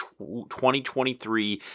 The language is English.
2023